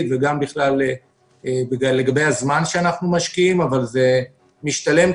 וגם בזמן שאנחנו משקיעים אבל זה משתלם,